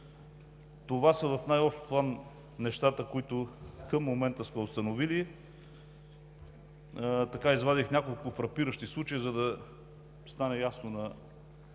Това са в най-общ план нещата, които към момента сме установили. Извадих няколко фрапиращи случая, за да стане ясно на